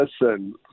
listen